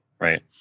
right